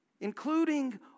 Including